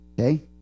Okay